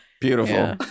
beautiful